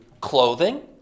clothing